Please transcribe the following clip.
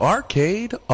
Arcade